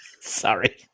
Sorry